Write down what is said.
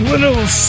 Little